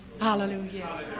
Hallelujah